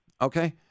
okay